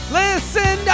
listen